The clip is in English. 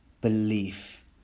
belief